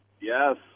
Yes